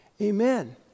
amen